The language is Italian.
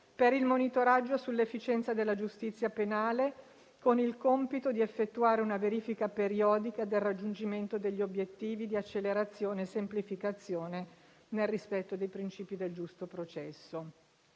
per il monitoraggio sull'efficienza della giustizia penale, con il compito di effettuare una verifica periodica del raggiungimento degli obiettivi di accelerazione e semplificazione, nel rispetto dei principi del giusto processo.